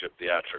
theatrics